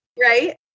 Right